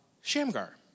Shamgar